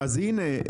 אז הנה,